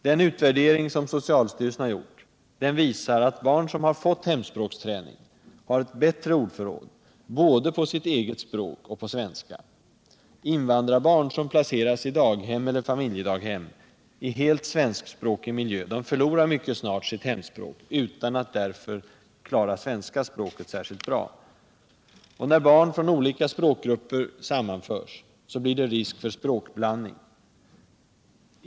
Den utvärdering som socialstyrelsen har gjort visar att barn som har fått hemspråksträning har ett bättre ordförråd både på sitt eget språk och på svenska. Invandrarbarn som placeras i daghem eller familjedaghem i helt svenskspråkig miljö förlorar mycket snart sitt hemspråk utan att därför klara svenska språket särskilt bra. När barn från olika språkgrupper sammanförs, blir det risk för språkblandning.